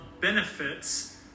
benefits